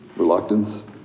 reluctance